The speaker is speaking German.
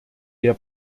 der